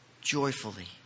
joyfully